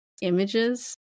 images